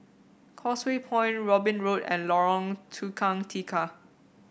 Causeway Point Robin Road and Lorong Tukang Tiga